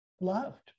loved